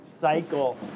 cycle